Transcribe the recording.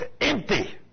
empty